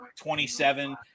27